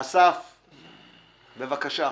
אסף, בבקשה.